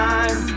Time